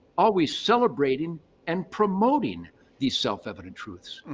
always celebrating and promoting these self-evident truths.